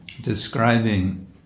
describing